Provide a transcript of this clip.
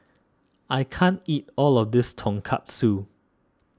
I can't eat all of this Tonkatsu